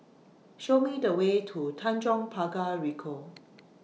Show Me The Way to Tanjong Pagar Ricoh